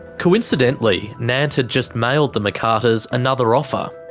coincidentally, nant had just mailed the mccarters another offer.